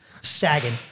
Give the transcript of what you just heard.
sagging